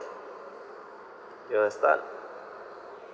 you want to start